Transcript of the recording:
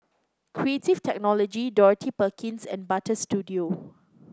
Creative Technology Dorothy Perkins and Butter Studio